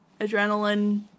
Adrenaline